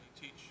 teach